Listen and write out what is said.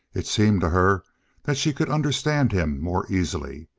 it seemed to her that she could understand him more easily.